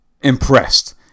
impressed